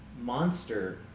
Monster